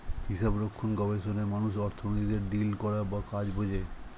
হিসাবরক্ষণ গবেষণায় মানুষ অর্থনীতিতে ডিল করা বা কাজ বোঝে